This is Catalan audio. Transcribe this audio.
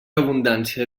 abundància